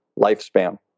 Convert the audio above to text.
lifespan